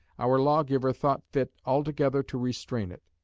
our lawgiver thought fit altogether to restrain it.